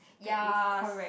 that is correct